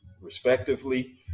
respectively